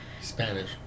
Spanish